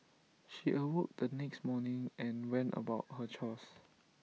she awoke the next morning and went about her chores